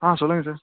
ஆ சொல்லுங்கள் சார்